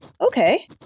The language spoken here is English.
Okay